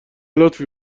لطفی